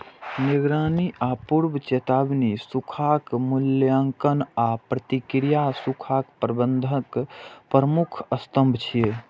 निगरानी आ पूर्व चेतावनी, सूखाक मूल्यांकन आ प्रतिक्रिया सूखा प्रबंधनक प्रमुख स्तंभ छियै